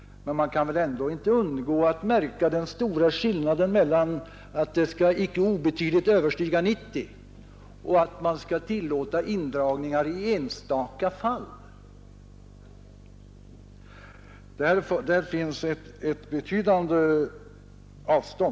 Men man kan väl ändå inte undgå att märka den stora skillnaden mellan formuleringen att antalet kommer att icke obetydligt överstiga 90 och formuleringen att man skall tillåta indragningar i enstaka fall. Skillnaden är betydande.